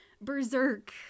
Berserk